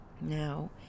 now